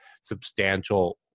substantial